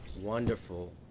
Wonderful